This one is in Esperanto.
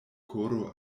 koro